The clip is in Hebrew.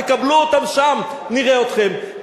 תקבלו אותם שם, נראה אתכם.